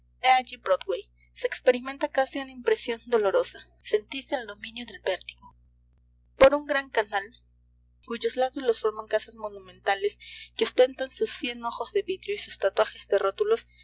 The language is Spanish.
allí broadway se experimenta casi una impresión dolorosa sentís el dominio del vértigo por un gran canal cuyos lados los forman casas monumentales que ostentan sus cien ojos de vidrio y sus tatuajes de rótulos